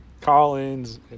Collins